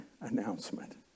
announcement